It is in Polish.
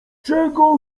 czego